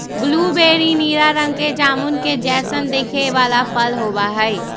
blueberry नीला रंग के जामुन के जैसन दिखे वाला फल होबा हई